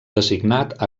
designat